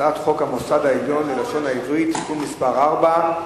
הצעת חוק המוסד העליון ללשון העברית (תיקון מס' 4),